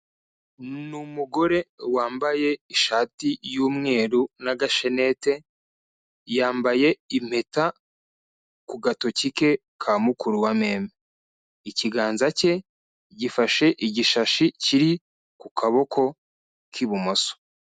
Ni umugore wambaye ishati y'umweru n'agashenete, yambaye impeta ku gatoki ke ka mukuru wa meme. Ikiganza cye gifashe igishashi kiri ku kaboko k'ibumoso.